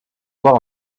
voir